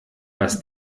was